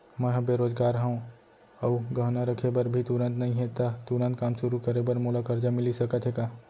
मैं ह बेरोजगार हव अऊ गहना रखे बर भी तुरंत नई हे ता तुरंत काम शुरू करे बर मोला करजा मिलिस सकत हे का?